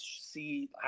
see